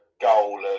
goal